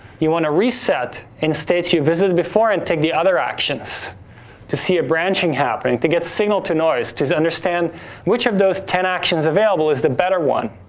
you wanna reset in states you visited before and take the other actions to see a branching happening, to get signal to noise, to to understand which of those ten actions available is the better one.